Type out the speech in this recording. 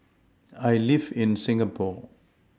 I live in Singapore